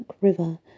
River